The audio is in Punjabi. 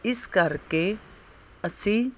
ਇਸ ਕਰਕੇ ਅਸੀਂ